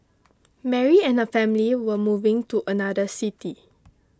Mary and her family were moving to another city